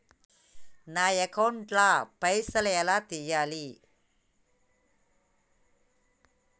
నా అకౌంట్ ల పైసల్ ఎలా తీయాలి?